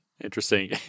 Interesting